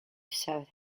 south